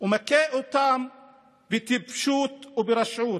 ומכה אותם בטיפשות וברשעות.